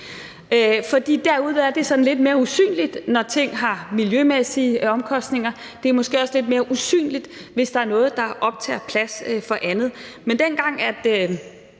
derude er det sådan lidt mere usynligt, når ting har miljømæssige omkostninger. Det er måske også lidt mere usynligt, hvis der er noget, der optager plads for andet.